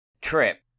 Trip